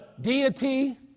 deity